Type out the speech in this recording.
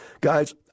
Guys